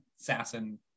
assassin